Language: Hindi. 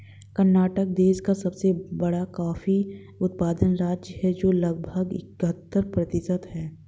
कर्नाटक देश का सबसे बड़ा कॉफी उत्पादन राज्य है, जो लगभग इकहत्तर प्रतिशत है